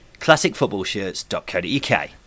Classicfootballshirts.co.uk